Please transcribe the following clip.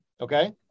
okay